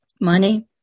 Money